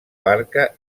barca